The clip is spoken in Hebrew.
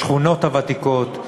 לשכונות הוותיקות,